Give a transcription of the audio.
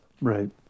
Right